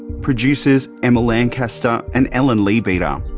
producers emma lancaster and ellen leabeater. um